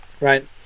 Right